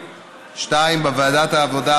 2. בוועדת העבודה,